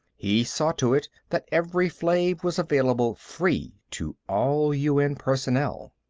he saw to it that evri-flave was available free to all un personnel.